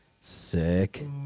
Sick